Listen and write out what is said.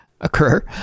occur